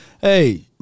Hey